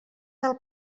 del